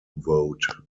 vote